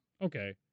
Okay